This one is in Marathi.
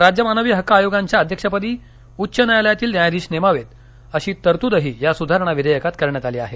राज्य मानवी हक्क आयोगांच्या अध्यक्षपदी उच्च न्यायालयातील न्यायाधीश नेमावे अशी तरतूदही या सुधारणा विधेयकात करण्यात आली आहे